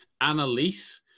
Annalise